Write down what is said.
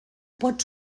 pot